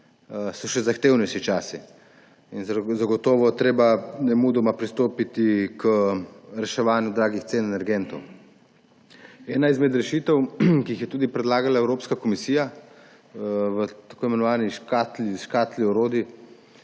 so še zahtevnejši časi. Zagotovo je treba nemudoma pristopiti k reševanju visokih cen energentov. Ena izmed rešitev, ki jih je predlagala Evropska komisija v tako imenovani škatli orodij,